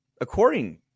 According